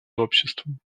обществом